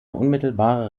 unmittelbare